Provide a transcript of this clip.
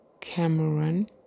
Cameron